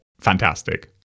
fantastic